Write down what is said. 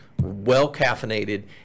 well-caffeinated